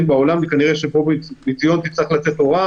אין בעולם וכנראה שמציון תצטרך לצאת תורה,